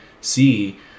see